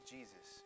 Jesus